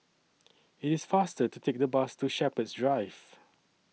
IT IS faster to Take The Bus to Shepherds Drive